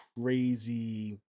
crazy